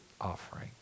offering